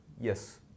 Yes